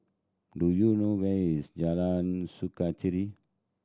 do you know where is Jalan Sukachita